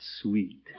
sweet